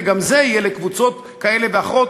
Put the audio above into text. וגם זה יהיה לקבוצות כאלה ואחרות.